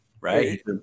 Right